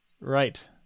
Right